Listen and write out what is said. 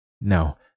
No